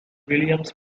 williams